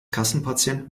kassenpatient